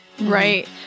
Right